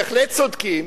בהחלט צודקים,